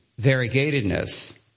variegatedness